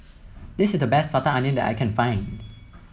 this is the best Butter Calamari that I can find